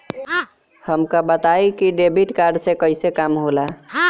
हमका बताई कि डेबिट कार्ड से कईसे काम होला?